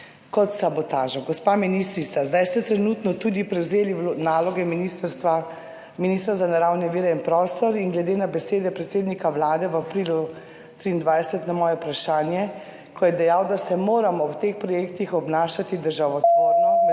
Kot sabotažo. Gospa ministrica, zdaj ste trenutno tudi prevzeli naloge ministra za naravne vire in prostor. Glede na besede predsednika Vlade v aprilu 2023 na moje vprašanje, ko je dejal, da se moramo v teh projektih obnašati državotvorno,